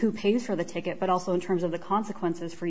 who pays for the ticket but also in terms of the consequences for